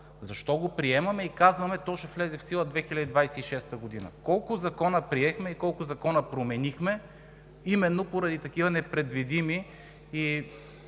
защо го приемаме и казваме, че то ще влезе в сила през 2026 г.? Колко закона приехме и колко закона променихме именно поради такива непредвидими и